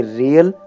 real